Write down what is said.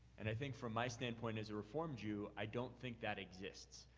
and i think from my standpoint as a reformed jew, i don't think that exists.